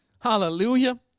Hallelujah